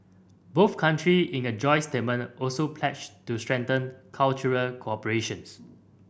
both countries in a joint statement also pledged to strengthen cultural cooperation's